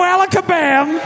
Alakabam